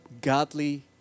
godly